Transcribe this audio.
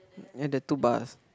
and the two bars